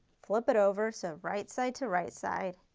flip it over, so right side to right side,